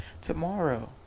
tomorrow